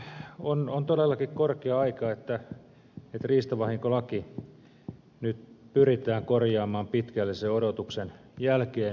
on todellakin korkea aika että riistavahinkolaki nyt pyritään korjaamaan pitkällisen odotuksen jälkeen